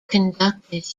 conducted